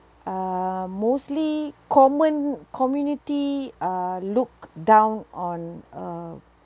uh mostly common community are looked down on uh